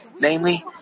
Namely